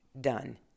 done